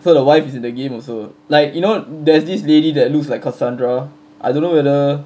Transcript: so the wife is in the game also like you know there's this lady that looks like kassandra I don't know whether